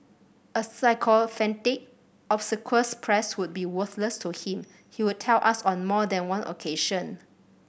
a sycophantic obsequious press would be worthless to him he would tell us on more than one occasion